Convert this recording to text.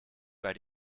bei